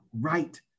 right